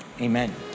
Amen